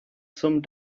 some